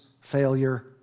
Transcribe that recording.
failure